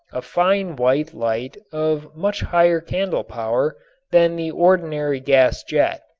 a fine white light of much higher candle power than the ordinary gas jet.